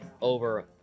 over